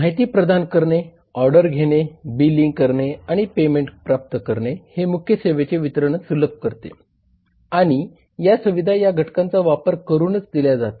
माहिती प्रदान करणे ऑर्डर घेणे बिलिंग करणे आणि पेमेंट प्राप्त करणे हे मुख्य सेवेचे वितरण सुलभ करते आणि या सुविधा या घटकांचा वापर करूनच दिल्या जातात